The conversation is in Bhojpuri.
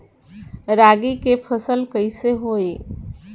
रागी के फसल कईसे होई?